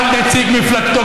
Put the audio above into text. על נציג מפלגתו,